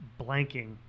Blanking